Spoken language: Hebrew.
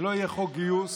שלא יהיה חוק גיוס.